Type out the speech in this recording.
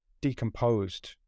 decomposed